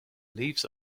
leaves